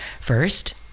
First